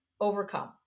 overcome